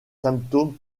symptômes